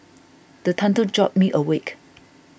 the thunder jolt me awake